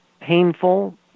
painful